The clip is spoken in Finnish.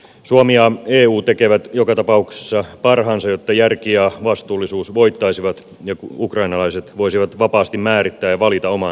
suomi ja eu tekevät joka tapauksessa parhaansa jotta järki ja vastuullisuus voittaisivat ja ukrainalaiset voisivat vapaasti määrittää ja valita oman tulevaisuutensa